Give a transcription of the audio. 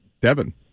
Devin